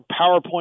PowerPoint